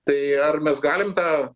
tai ar mes galim tą